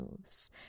moves